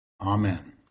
Amen